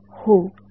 हो बरोबर